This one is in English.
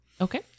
Okay